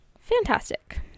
Fantastic